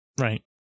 Right